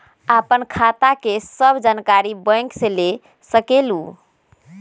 आपन खाता के सब जानकारी बैंक से ले सकेलु?